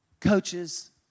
coaches